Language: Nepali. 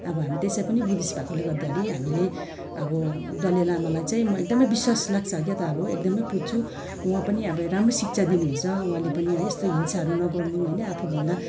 अब हामी त्यसै पनि बुद्धिस्ट भएकोले गर्दाखेरि हामीले अब दलाई लामालाई चाहिँ म एकदमै विश्वास लाग्छ क्या त अब एकदमै पुज्छु उहाँ पनि राम्रो शिक्षा दिनुहुन्छ उहाँले पनि है यस्तो हिंसाहरू नगर्नु होइन आफूभन्दा